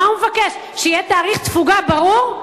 מה הוא מבקש, שיהיה תאריך תפוגה ברור?